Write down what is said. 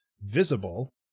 visible